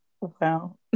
Wow